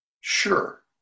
Sure